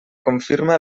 confirma